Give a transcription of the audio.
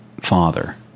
father